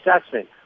assessment